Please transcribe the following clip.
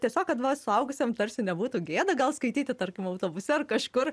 tiesiog kad va suaugusiam tarsi nebūtų gėda gal skaityti tarkim autobuse ar kažkur